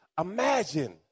Imagine